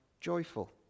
joyful